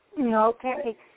Okay